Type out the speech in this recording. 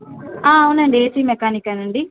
అవునండి ఏసీ మెకానికేనండి